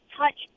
touch